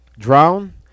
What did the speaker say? drown